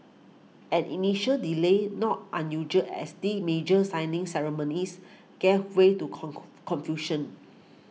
an initial delay not unusual at these major signing ceremonies gave way to confusion